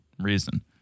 reason